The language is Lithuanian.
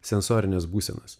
sensorines būsenas